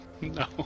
No